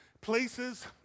places